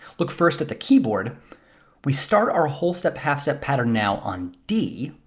look first at the keyboard we start our whole step half step pattern now on d,